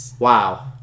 Wow